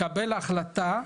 לקבל החלטה